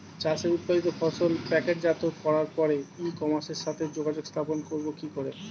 চাষের উৎপাদিত ফসল প্যাকেটজাত করার পরে ই কমার্সের সাথে যোগাযোগ স্থাপন করব কি করে?